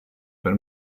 per